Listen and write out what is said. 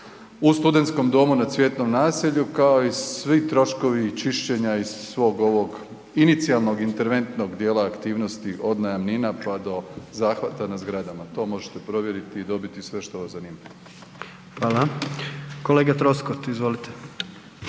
u studentskom domu na Cvjetnom naselju, kao i svi troškovi čišćenja i svog ovog inicijalnog interventnog dijela aktivnosti, od najamnina pa do zahvata na zgradama. To možete provjeriti i dobiti sve što vas zanima. **Jandroković,